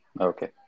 Okay